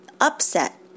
upset